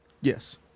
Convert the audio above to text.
Yes